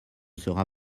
sera